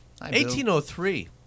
1803